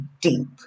deep